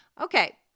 Okay